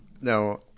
No